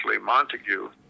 Montague